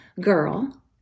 girl